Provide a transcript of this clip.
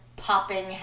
popping